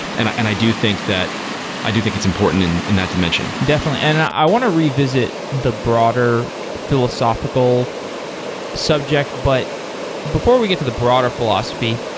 and i and i do think that i do think it's important in in that dimension. definitely. and i want to revisit the broader philosophical subject. but before we get to the broader philosophy,